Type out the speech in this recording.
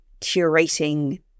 curating